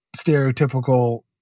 stereotypical